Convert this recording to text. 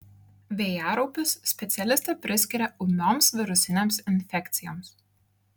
vėjaraupius specialistė priskiria ūmioms virusinėms infekcijoms